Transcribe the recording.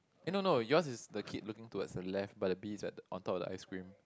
eh no no yours is the kid looking towards the left but the bees at on top of the ice cream